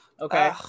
Okay